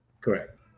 Correct